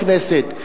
בכנסת.